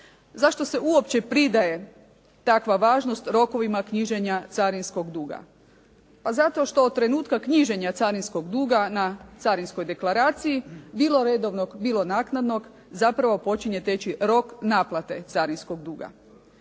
Zašto se uopće pridaje takva važnost rokovima knjiženja carinskog duga? Pa zato što od trenutka knjiženja carinskog duga na carinskoj deklaraciji, bilo redovnog, bilo naknadnog zapravo počinje teći rok naplate carinskog duga.